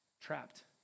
trapped